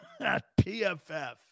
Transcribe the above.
PFF